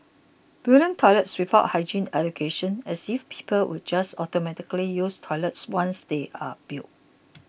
building toilets without hygiene education as if people would just automatically use toilets once they're built